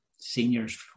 seniors